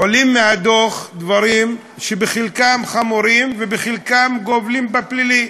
עולים מהדוח דברים שחלקם הם חמורים וחלקם גובלים בפלילים.